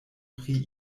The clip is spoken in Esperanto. pri